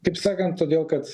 kaip sakant todėl kad